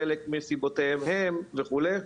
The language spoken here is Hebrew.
חלק מסיבותיהם הם וכו'.